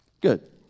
Good